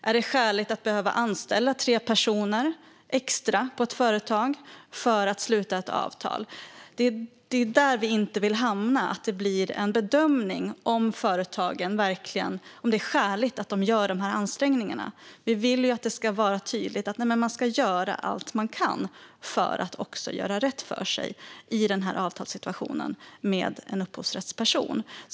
Är det skäligt att behöva anställa tre personer extra på ett företag för att sluta ett avtal? Det är där som vi inte vill hamna, alltså att det blir en bedömning om det är skäligt att företagen gör dessa ansträngningar. Vi vill ju att det ska vara tydligt att man ska göra allt man kan för att också göra rätt för sig i denna avtalssituation med en upphovsrättsperson.